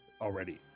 already